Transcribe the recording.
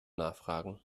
nachfragen